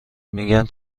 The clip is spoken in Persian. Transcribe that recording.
میگن